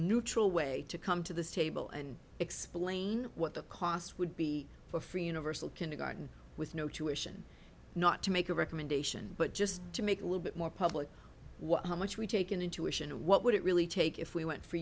neutral way to come to the table and explain what the cost would be for free universal kindergarten with no tuition not to make a recommendation but just to make a little bit more public what how much we take in intuition and what would it really take if we went for